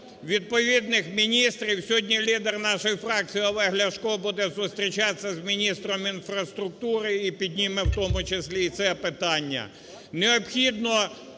відповідних міністрів. Сьогодні лідер нашої фракції Олег Ляшко буде зустрічатися з міністром інфраструктури і підніме в тому числі і це питання.